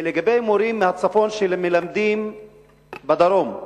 לגבי מורים מהצפון שמלמדים בדרום,